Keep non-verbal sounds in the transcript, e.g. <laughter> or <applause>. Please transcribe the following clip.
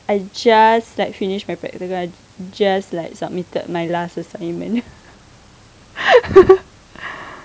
I just like finished my practicum I just like submitted my last assignment <laughs>